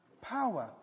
Power